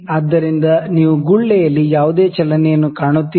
ಆದ್ದರಿಂದ ನೀವು ಗುಳ್ಳೆಯಲ್ಲಿ ಯಾವುದೇ ಚಲನೆಯನ್ನು ಕಾಣುತ್ತೀರಾ